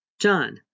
John